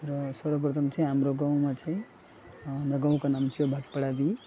र सर्वप्रथम चाहिँ हाम्रो गाउँमा चाहिँ हाम्रो गाउँको नाम चाहिँ बाघपाडादी